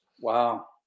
Wow